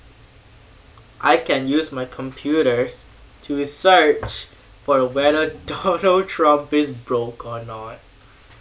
I can use my computers to research for whether donald trump is broke or not